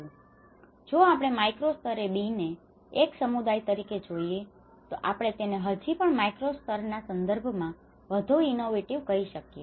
જો આપણે માઈક્રો સ્તરે B ને એક સમુદાય તરીકે જોઈએ તો આપણે તેને હજી પણ માઈક્રો સ્તરના સંધર્ભ માં વધુ ઇનોવેટિવ કહી શકીએ છીએ